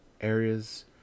areas